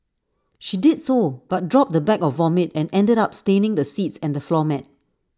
she did so but dropped the bag of vomit and ended up staining the seats and the floor mat